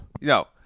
no